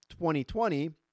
2020